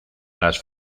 las